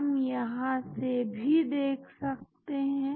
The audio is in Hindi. हम यहां से भी देख सकते हैं